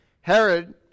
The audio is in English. Herod